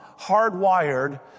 hardwired